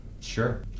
Sure